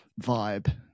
vibe